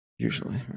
Usually